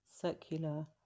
circular